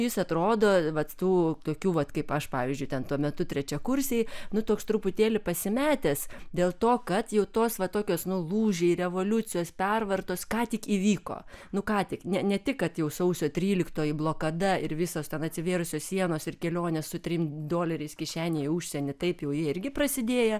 jis atrodo vat tų tokių vat kaip aš pavyzdžiui ten tuo metu trečiakursiai nu toks truputėlį pasimetęs dėl to kad jau tos va tokios nu lūžiai revoliucijos pervartos ką tik įvyko nu ką tik ne ne tik kad jau sausio tryliktoji blokada ir visos ten atsivėrusios sienos ir kelionės su trim doleriais kišenėje į užsienį taip jau jie irgi prasidėję